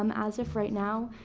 um as of right now,